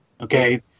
Okay